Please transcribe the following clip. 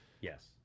yes